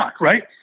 right